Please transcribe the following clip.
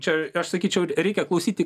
čia aš sakyčiau reikia klausyti